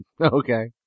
Okay